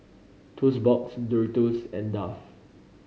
Toast Box Doritos and Dove